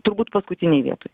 turbūt paskutinėj vietoj